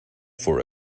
for